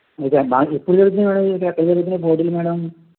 మీకు మాకు ఎప్పుడు తెలిసింది మేడం ఇవి ఎక్కడ జరుగుతున్నాయి పోటీలు మేడం